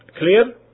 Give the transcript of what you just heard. clear